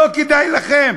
לא כדאי לכם?